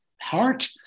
heart